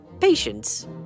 Patience